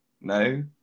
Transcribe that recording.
no